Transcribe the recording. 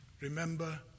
remember